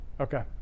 okay